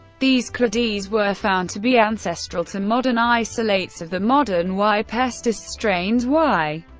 these clades were found to be ancestral to modern isolates of the modern y. pestis strains y.